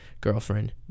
girlfriend